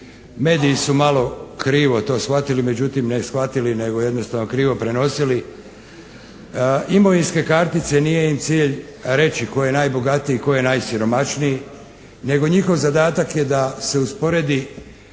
mediji su malo krivo to shvatili, međutim ne shvatili nego jednostavno krivo prenosili. Imovinske kartice nije im cilj reći tko je najbogatiji, tko je najsiromašniji nego njihov zadatak je da se usporedi